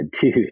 dude